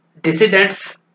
Dissidents